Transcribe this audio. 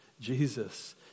Jesus